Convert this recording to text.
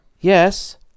yes